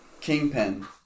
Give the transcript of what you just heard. Kingpin